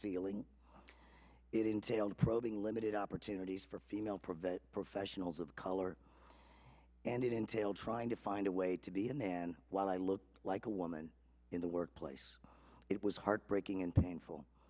ceiling it entailed probing limited opportunities for female privett professionals of color and it entailed trying to find a way to be a man while i look like a woman in the workplace it was heartbreaking and painful